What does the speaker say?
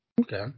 Okay